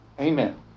Amen